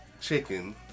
chicken